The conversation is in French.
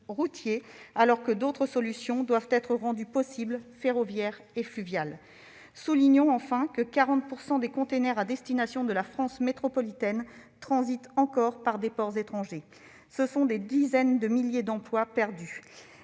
routier, alors que d'autres solutions, ferroviaires et fluviales, devraient être possibles. Soulignons enfin que 40 % des conteneurs à destination de la France métropolitaine transitent encore par des ports étrangers. Ce sont des dizaines de milliers d'emplois qui